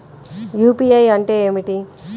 UPI అంటే ఏమిటి?